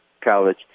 college